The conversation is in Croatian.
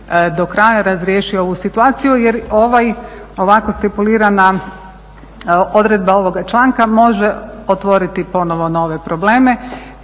do kraja razriješio ovu situaciju jer ovako stipulirana odredba ovoga članka može otvoriti ponovo nove probleme